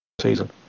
season